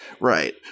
Right